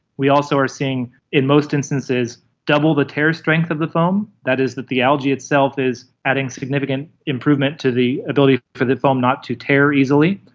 we also are seeing in most instances double the tear strength of the foam. that is that the algae itself is adding significant improvement to the ability for the foam not to tear easily.